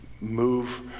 Move